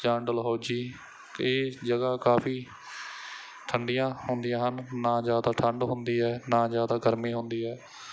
ਜਾਂ ਡਲਹੌਜ਼ੀ ਇਹ ਜਗ੍ਹਾ ਕਾਫੀ ਠੰਡੀਆਂ ਹੁੰਦੀਆਂ ਹਨ ਨਾ ਜ਼ਿਆਦਾ ਠੰਡ ਹੁੰਦੀ ਹੈ ਨਾ ਜ਼ਿਆਦਾ ਗਰਮੀ ਹੁੰਦੀ ਹੈ